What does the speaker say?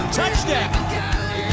touchdown